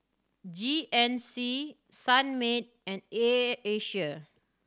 G N C Sunmaid and Air Asia